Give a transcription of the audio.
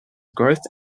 growth